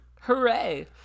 Hooray